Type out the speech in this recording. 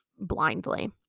blindly